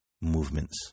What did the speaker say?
movements